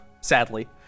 sadly